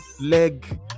leg